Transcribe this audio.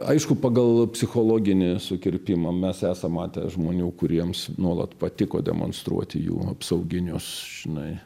aišku pagal psichologinį sukirpimą mes esam matę žmonių kuriems nuolat patiko demonstruoti jų apsauginius žinai